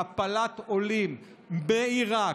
העפלת עולים מעיראק,